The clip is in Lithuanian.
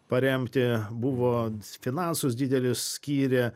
paremti buvo finansus didelius skyrė